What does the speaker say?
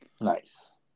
nice